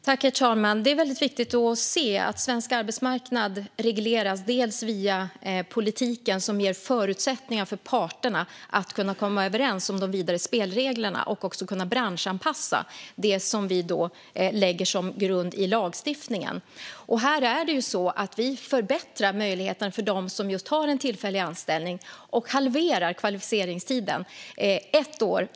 Herr talman! Det är viktigt att se att svensk arbetsmarknad regleras delvis via politiken, som ger förutsättningar för parterna att komma överens om de vidare spelreglerna och branschanpassa det som vi lägger som grund i lagstiftningen. Vi förbättrar möjligheterna för dem som har en tillfällig anställning och halverar kvalificeringstiden.